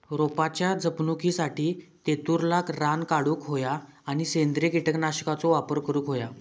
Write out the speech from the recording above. रोपाच्या जपणुकीसाठी तेतुरला रान काढूक होया आणि सेंद्रिय कीटकनाशकांचो वापर करुक होयो